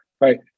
right